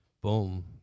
boom